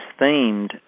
themed